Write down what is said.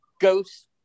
ghost